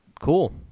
Cool